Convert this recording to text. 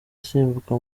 asimbuka